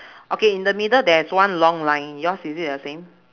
okay in the middle there is one long line yours is it the same